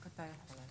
רק אתה יכול להצביע.